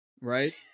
right